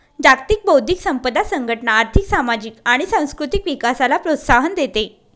जागतिक बौद्धिक संपदा संघटना आर्थिक, सामाजिक आणि सांस्कृतिक विकासाला प्रोत्साहन देते